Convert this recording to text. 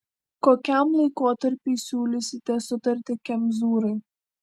kokiam laikotarpiui siūlysite sutartį kemzūrai